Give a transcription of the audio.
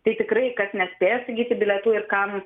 tai tikrai kas nespėjo įsigyti bilietų ir kam